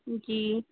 जी